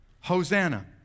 hosanna